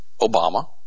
Obama